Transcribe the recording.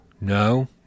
no